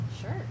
Sure